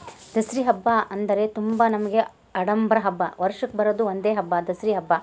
ದಸ್ರಾ ಹಬ್ಬ ಅಂದರೆ ತುಂಬ ನಮಗೆ ಆಡಂಬರ ಹಬ್ಬ ವರ್ಷಕ್ಕೆ ಬರೋದು ಒಂದೇ ಹಬ್ಬ ದಸ್ರಾ ಹಬ್ಬ